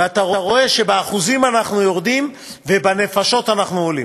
ואתה רואה שבאחוזים אנחנו יורדים ובנפשות אנחנו עולים.